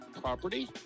property